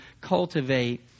cultivate